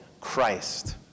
Christ